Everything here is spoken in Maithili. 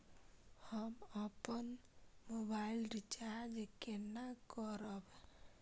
हम अपन मोबाइल रिचार्ज केना करब?